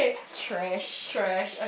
trash